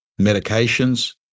medications